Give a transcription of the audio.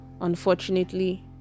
Unfortunately